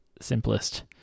simplest